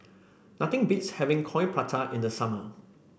nothing beats having Coin Prata in the summer